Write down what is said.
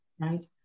right